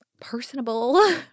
personable